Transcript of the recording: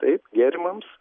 taip gėrimams